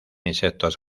insectos